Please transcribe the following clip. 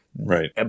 Right